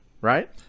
right